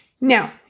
Now